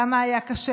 למה היה לי קשה